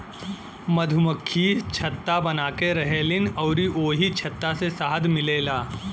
मधुमक्खि छत्ता बनाके रहेलीन अउरी ओही छत्ता से शहद मिलेला